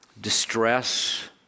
distress